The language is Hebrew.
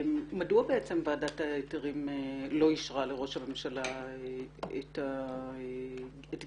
מדוע בעצם ועדת ההיתרים לא אישרה לראש הממשלה את גיוס